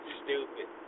stupid